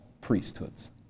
priesthoods